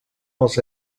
els